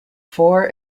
four